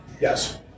Yes